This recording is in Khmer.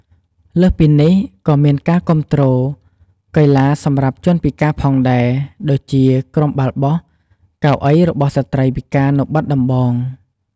លើសពីនេះក៏មានការគំាទ្រកីឡាសម្រាប់ជនពិការផងដែរ ដូចជា ក្រុមបាល់បោះកៅអីរបស់ស្ត្រីពិការនៅបាត់ដំបង។